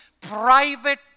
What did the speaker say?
private